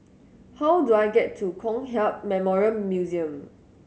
how do I get to Kong Hiap Memorial Museum